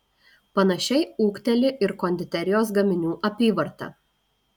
panašiai ūgteli ir konditerijos gaminių apyvarta